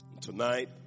Tonight